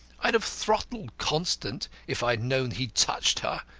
i'd have throttled constant, if i had known he'd touched her,